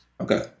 Okay